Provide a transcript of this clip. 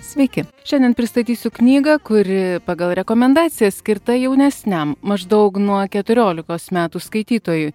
sveiki šiandien pristatysiu knygą kuri pagal rekomendaciją skirta jaunesniam maždaug nuo keturiolikos metų skaitytojui